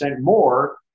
more